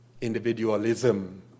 individualism